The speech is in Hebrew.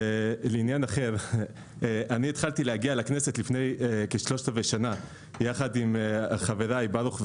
התחלתי להגיע לכנסת לפני כשלושת רבעי שנה יחד עם חבריי ברוך ושימי,